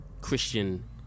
Christian